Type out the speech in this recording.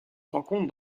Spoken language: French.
rencontre